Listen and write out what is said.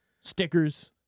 stickers